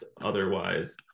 otherwise